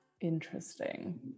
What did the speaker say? Interesting